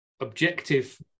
objective